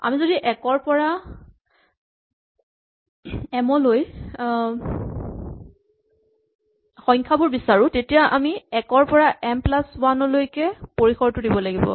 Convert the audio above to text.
আমি যদি এক ৰ পৰা এম লৈ সংখ্যাবোৰ বিচাৰো তেতিয়া আমি এক ৰ পৰা এম প্লাচ ৱান লৈকে পৰিসৰটো দিব লাগিব